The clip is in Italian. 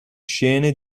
scene